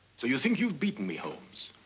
so you think you've beaten me, holmes?